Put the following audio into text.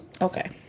Okay